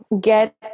get